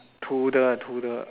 toddler ah toddler